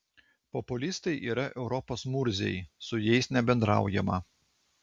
populistai yra europos murziai su jais nebendraujama